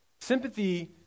Sympathy